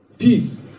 peace